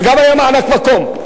וגם היה מענק מקום.